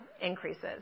increases